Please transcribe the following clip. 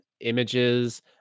images